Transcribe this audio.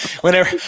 Whenever